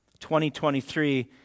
2023